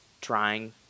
trying